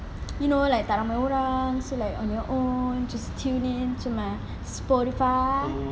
you know like tak ramai orang so like on your own just tune in to my Spotify